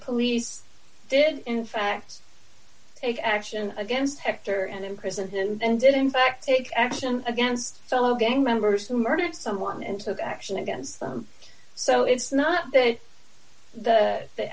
police did in fact take action against hector and imprison him and did in fact take action against fellow gang members who murdered someone into action against them so it's not that the